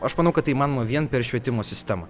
aš manau kad tai įmanoma vien per švietimo sistemą